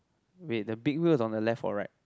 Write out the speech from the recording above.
wait the big wheel is on the left or right